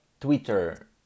Twitter